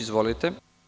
Izvolite.